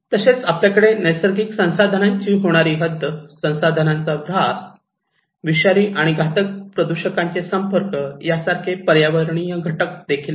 तसेच आपल्याकडे नैसर्गिक संसाधनाची होणारी हद्द संसाधनांचा र्हास विषारी आणि घातक प्रदूषकांचे संपर्क यासारखे पर्यावरणीय घटक आहेत